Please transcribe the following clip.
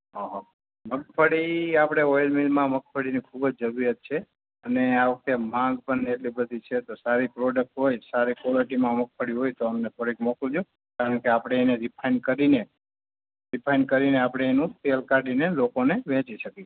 હા હા મગફળી આપણે ઑઈલ મિલમાં મગફળીની ખૂબ જ જરૂરિયાત છે અને આ વખતે માગ પણ એટલી બધી છે તો સારી પ્રોડક્ટ હોય સારી ક્વૉલિટીમાં મગફળી હોય તો અમને ક્વૉલિટી મોકલજો કારણ કે આપણે એને રીફાઈન કરીને રીફાઇન કરીને આપણે એનું આપણે તેલ કાઢીને લોકોને વેચી શકીએ